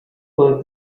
perth